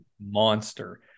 monster